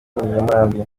murambi